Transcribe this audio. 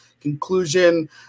conclusion